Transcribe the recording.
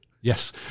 Yes